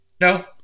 No